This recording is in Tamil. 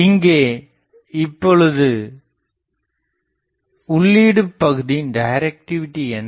இங்கே இப்போது உள்lளீடு பகுதியின் டைரக்டிவிடி என்ன